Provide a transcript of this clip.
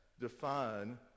define